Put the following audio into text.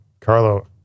Carlo